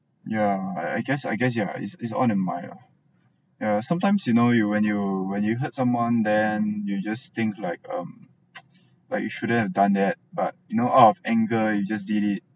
yeah I I guess I guess yeah is is all in the mind ah sometimes you know you when you when you hurt someone then you just think like um like you shouldn't have done that but you know out of anger you just did it